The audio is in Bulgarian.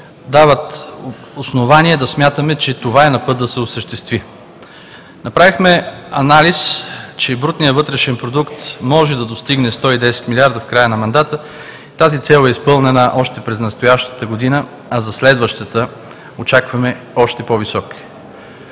дават основания да смятаме, че това е на път да се осъществи. Направихме анализ, че БВП може да достигне 110 милиарда в края на мандата. Тази цел е изпълнена още през настоящата година, а за следващата очакваме още по-висок.